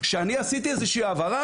שאני עשיתי איזה שהיא העברה,